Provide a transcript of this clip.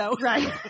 Right